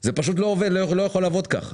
זה פשוט לא יכול לעבוד ככה.